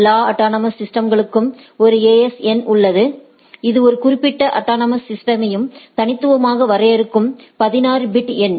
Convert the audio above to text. எல்லா அட்டானமஸ் சிஸ்டம்ஸ்களுக்கும் ஒரு AS எண் உள்ளது இது ஒரு குறிப்பிட்ட அட்டானமஸ் சிஸ்டம்ஸையும் தனித்துவமாக வரையறுக்கும் 16 பிட் எண்